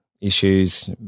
issues